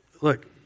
look